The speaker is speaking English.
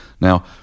Now